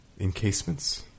encasements